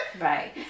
Right